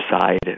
side